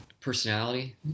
personality